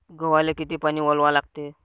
गव्हाले किती पानी वलवा लागते?